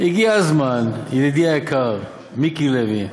הגיע הזמן, ידידי היקר מיקי לוי,